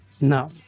No